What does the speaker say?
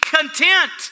content